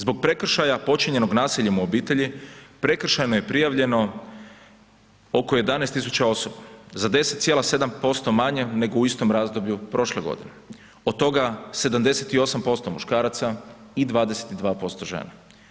Zbog prekršaja počinjenog nasiljem u obitelji prekršajno je prijavljeno oko 11 tisuća osoba, za 10,7% manje nego u istom razdoblju prošle godine, od toga 78% muškaraca i 22% žena.